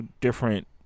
different